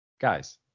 Guys